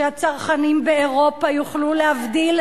שהצרכנים באירופה יוכלו להבדיל,